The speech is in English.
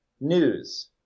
news